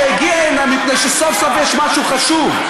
שהגיע הנה מפני שסוף-סוף יש משהו חשוב,